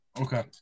Okay